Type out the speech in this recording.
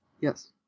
Yes